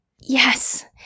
Yes